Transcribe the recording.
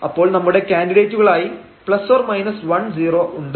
അപ്പോൾ നമ്മുടെ കാന്ഡിഡേറ്റുകളായി ±10 ഉണ്ട്